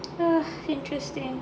hmm interesting